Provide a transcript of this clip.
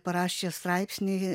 parašė straipsnį